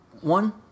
One